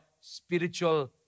spiritual